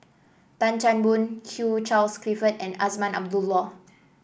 Tan Chan Boon Hugh Charles Clifford and Azman Abdullah